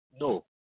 No